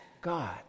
God